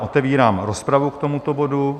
Otevírám rozpravu k tomuto bodu.